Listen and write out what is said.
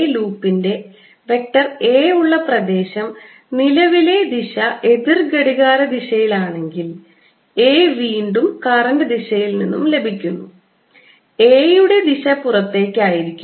ലൂപ്പിന്റെ vector A ഉള്ള പ്രദേശം നിലവിലെ ദിശ എതിർ ഘടികാരദിശയിലാണെങ്കിൽ A വീണ്ടും കറൻറ് ദിശയിൽ നിന്നും ലഭിക്കുന്നു A യുടെ ദിശ പുറത്തേക്ക് ആയിരിക്കും